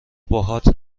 باهات